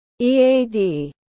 EAD